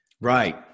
Right